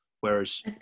whereas